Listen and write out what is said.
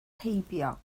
heibio